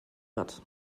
wird